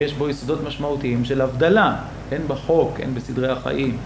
יש בו יסודות משמעותיים של הבדלה, אין בחוק, אין בסדרי החיים.